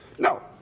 No